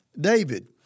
David